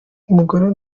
umugore